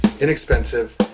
inexpensive